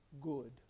good